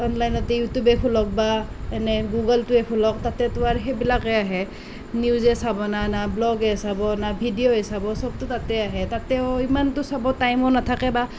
অনলাইনতে ইউটিউবে খোলক বা এনেই গুগলটোৱেই খোলক তাতেইতো আৰু সেইবিলাকেই আহে নিউজে চাব না না ব্লগেই চাব না ভিডিঅ'ই চাব চবতো তাতেই আহে তাতেও ইমানতো চাব টাইমো নাথাকে বা